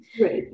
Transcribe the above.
Right